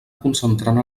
concentrant